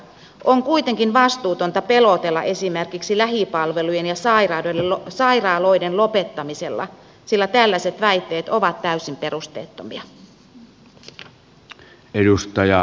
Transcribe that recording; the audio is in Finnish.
on kuitenkin vastuutonta pelotella esimerkiksi lähipalvelujen ja sairaaloiden lopettamisella sillä tällaiset väitteet ovat täysin perusteettomia